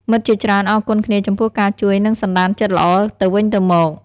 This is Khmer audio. មិត្តជាច្រើនអរគុណគ្នាចំពោះការជួយ និងសណ្ដានចិត្តល្អទៅវិញទៅមក។